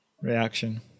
reaction